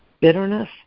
bitterness